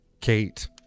Kate